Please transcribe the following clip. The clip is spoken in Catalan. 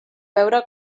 veure